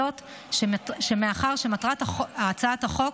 זאת מאחר שמטרת הצעת החוק,